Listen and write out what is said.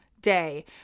day